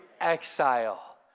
exile